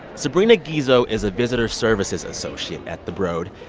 sabrina gizzo is a visitor services associate at the broad.